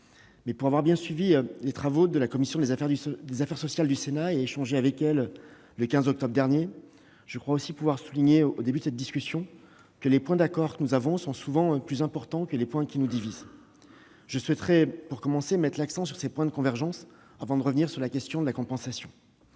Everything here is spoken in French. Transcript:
pour avoir bien suivi les travaux de la commission des affaires sociales du Sénat et échangé avec elle le 15 octobre dernier, je crois aussi pouvoir souligner, en ouverture de cette discussion, que les points d'accord sont souvent plus importants que ceux sur lesquels nous sommes divisés. Je souhaiterais, pour commencer, mettre l'accent sur ces points de convergence, avant de revenir sur la question de la compensation.